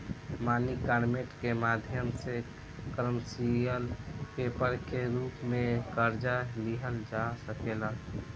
मनी market के माध्यम से कमर्शियल पेपर के रूप में कर्जा लिहल जा सकेला